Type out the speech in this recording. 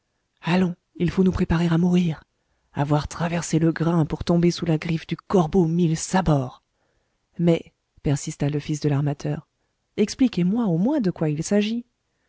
allons il faut nous préparer à mourir avoir traversé le grain pour tomber sous la griffe du corbeau mille sabords mais persista le fils de l'armateur expliquez-moi au moins de quoi il s'agit